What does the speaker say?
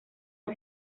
han